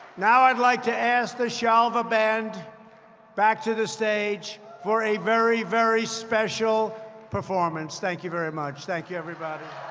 now i'd like to ask the shalva band back to the stage for a very, very special performance. thank you very much. thank you, everybody.